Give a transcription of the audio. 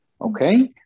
Okay